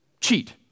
cheat